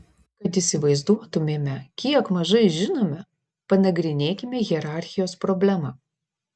kad įsivaizduotumėme kiek mažai žinome panagrinėkime hierarchijos problemą